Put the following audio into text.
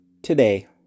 Today